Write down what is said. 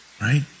Right